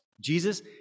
Jesus